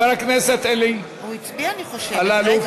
חבר הכנסת אלי אלאלוף, הוא הצביע, אני חושבת.